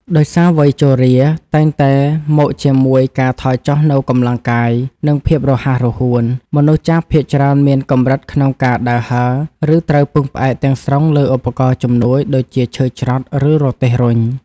ដោយសារវ័យជរាតែងតែមកជាមួយការថយចុះនូវកម្លាំងកាយ និងភាពរហ័សរហួន មនុស្សចាស់ភាគច្រើនមានកម្រិតក្នុងការដើរហើរ ឬត្រូវពឹងផ្អែកទាំងស្រុងលើឧបករណ៍ជំនួយដូចជាឈើច្រត់ ឬរទេះរុញ។